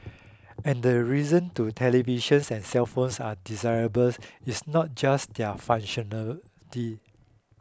and the reason to televisions and cellphones are desirable is not just their functionality